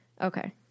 Okay